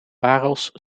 parels